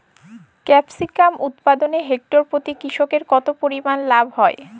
Capsicum উৎপাদনে hectare প্রতি কৃষকের কত পরিমান লাভ হয়?